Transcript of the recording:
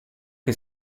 che